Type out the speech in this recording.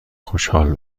خوشحال